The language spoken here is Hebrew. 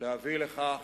להביא לכך